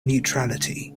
neutrality